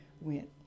went